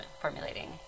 formulating